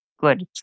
good